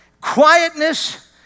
quietness